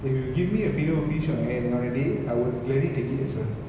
if you give me a fillet O fish on any day I would gladly take it as well